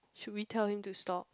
should we tell him to stop